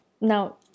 Now